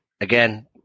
again